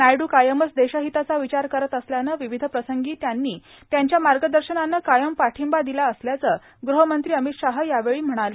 नायड् कायमच देशहिताचा विचार करत असल्याने विविध प्रसंगी त्यांनी त्यांच्या मार्गदर्शनाने कायम पाठिंबा दिला असल्याचं गृहमंत्री अमित शाह यावेळी म्हणाले